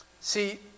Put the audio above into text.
See